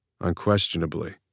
Unquestionably